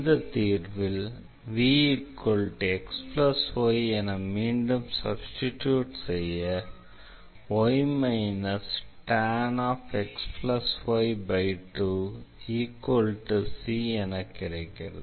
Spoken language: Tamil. இந்த தீர்வில் vxy என மீண்டும் சப்ஸ்டிடியூட் செய்ய y tan xy2 c என கிடைக்கிறது